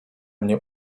mnie